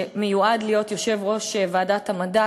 שמיועד להיות יושב-ראש ועדת המדע,